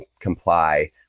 comply